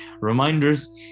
reminders